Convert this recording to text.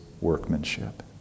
workmanship